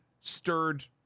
stirred